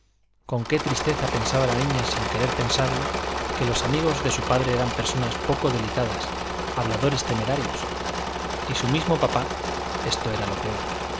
con qué tristeza pensaba la niña sin querer pensarlo que los amigos de su padre eran personas poco delicadas habladores temerarios y su mismo papá esto era lo peor